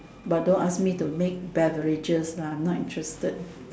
but don't ask me to make beverages lah I'm not interested